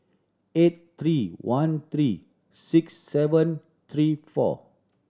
eight three one three six seven three four